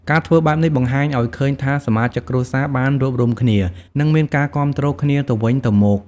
ការធ្វើបែបនេះបង្ហាញអោយឃើញថាសមាជិកគ្រួសារបានរួបរួមគ្នា និងមានការគាំទ្រគ្នាទៅវិញទៅមក។